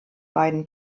beiden